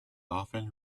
often